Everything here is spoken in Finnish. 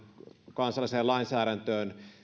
kansalliseen lainsäädäntöön